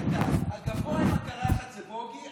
קטן: הגבוה עם הקרחת זה בוגי,